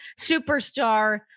superstar